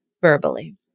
verbally